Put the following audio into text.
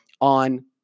on